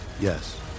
Yes